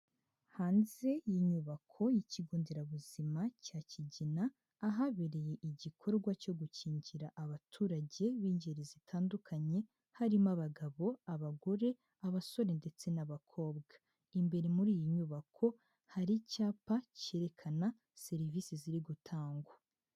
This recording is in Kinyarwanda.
Hanze y'inyubako ikigo nderabuzima cya Kigina ahabereye igikorwa cyo gukingira abaturage b'ingeri zitandukanye, harimo abagabo, abagore, abasore ndetse n'abakobwa, imbere muri iyi nyubako hari icyapa cyerekana serivise ziri gutangwa.